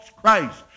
Christ